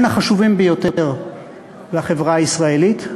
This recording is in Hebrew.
מן החשובים ביותר בחברה הישראלית.